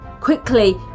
Quickly